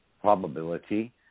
probability